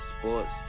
sports